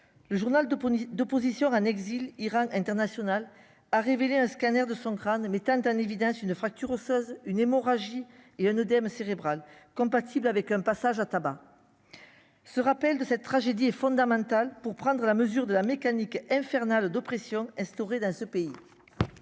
le journal de d'opposition en exil Irak International a révélé un scanner de son crâne mettant en évidence une fracture osseuse une hémorragie et un ODM cérébral compatible avec un passage à tabac, se rappelle de cette tragédie est fondamental pour prendre la mesure de la mécanique infernale d'oppression instaurer dans ce pays.